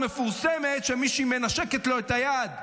המאוד-מפורסמת של מישהי שמנשקת לו את היד?